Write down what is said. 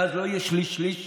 שאלוהים